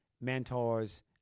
mentors